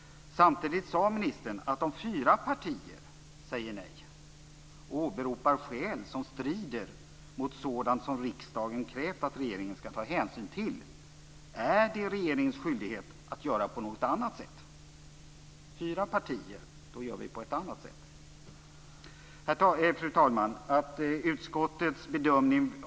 Samtidigt sade ministern att det är regeringens skyldighet att göra på något annat sätt om fyra partier säger nej och åberopar skäl som strider mot sådant som riksdagen krävt att regeringen skall ta hänsyn till. Fru talman!